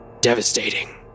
devastating